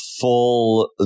full